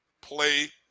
Play